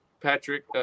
Patrick